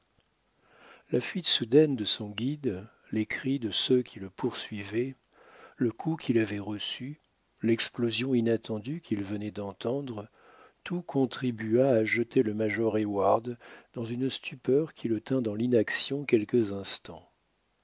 la fuite soudaine de son guide les cris de ceux qui le poursuivaient le coup qu'il avait reçu l'explosion inattendue qu'il venait d'entendre tout contribua à jeter le major heyward dans une stupeur qui le tint dans l'inaction quelques instants